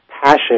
passion